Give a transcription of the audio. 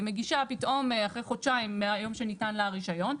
היא מגישה פתאום אחרי חודשיים מהיום שניתן לה הרישיון.